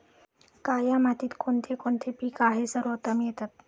काया मातीत कोणते कोणते पीक आहे सर्वोत्तम येतात?